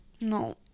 No